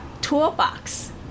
toolbox